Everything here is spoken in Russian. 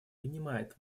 понимает